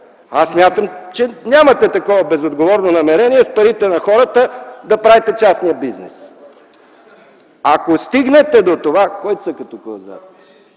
Аз смятам, че нямате такова безотговорно намерение – с парите на хората да правите частен бизнес. Ако стигнете до това… Някой ми цъка зад